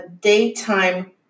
daytime